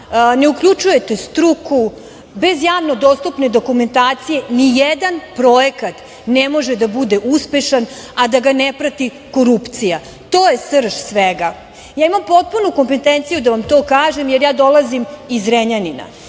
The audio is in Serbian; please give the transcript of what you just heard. ne uključujete struku, bez javno dostupne dokumentacije, nijedan projekat ne može da bude uspešan a da ga ne prati korupcija, to je srž svega. Ja imam potpunu kompetenciju da vam to kažem, jer ja dolazim iz Zrenjanina,